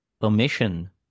permission